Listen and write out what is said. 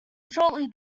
shortly